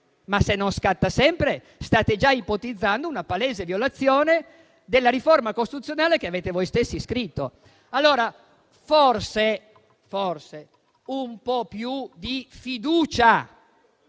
ma se non scatta sempre state già ipotizzando una palese violazione della riforma costituzionale che avete voi stessi scritto. Allora, forse un po' più di fiducia